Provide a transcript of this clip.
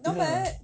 mm